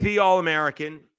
All-American